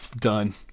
done